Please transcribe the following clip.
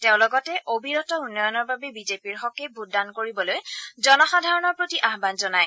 তেওঁ লগতে অবিৰত উন্নয়নৰ বাবে বিজেপিৰ হকে ভোটদান কৰিবলৈ জনসাধাৰণৰ প্ৰতি আহান জনায়